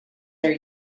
are